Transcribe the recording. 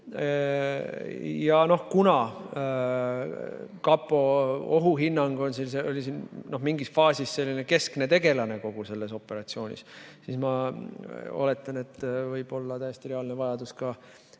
Kuna kapo ohuhinnang oli mingis faasis selline keskne tegelane kogu selles operatsioonis, siis ma oletan, et võib olla täiesti reaalne vajadus